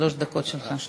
שלוש דקות, שלך.